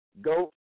Go